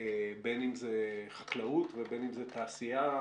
בין אם זה בחקלאות ובין אם זה בתעשייה,